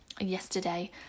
yesterday